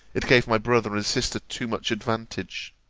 it gave my brother and sister too much advantage.